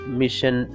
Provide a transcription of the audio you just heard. mission